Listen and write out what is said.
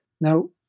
Now